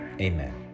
Amen